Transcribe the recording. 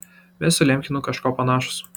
mes su lemchenu kažkuo panašūs